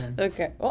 Okay